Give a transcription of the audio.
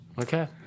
Okay